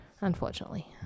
unfortunately